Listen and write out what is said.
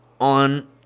on